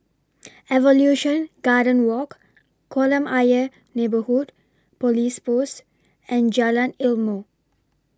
Evolution Garden Walk Kolam Ayer Neighbourhood Police Post and Jalan Ilmu